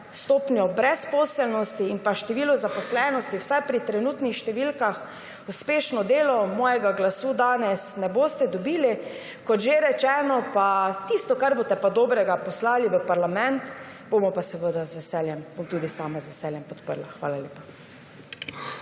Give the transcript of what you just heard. stopnjo brezposelnosti in število zaposlenosti vsaj pri trenutnih številkah. Uspešno delo. Mojega glasu danes ne boste dobili. Kot že rečeno, tisto, kar boste pa dobrega poslali v parlament, bomo tudi sama z veseljem podprla. Hvala lepa.